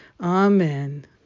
Amen